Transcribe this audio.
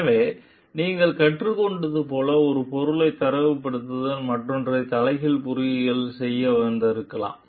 எனவே நீங்கள் கற்றுக்கொண்டது போல ஒரு பொருள் தரப்படுத்தல் மற்றொன்று தலைகீழ் பொறியியல் செய்ய வந்ததாக இருக்கலாம்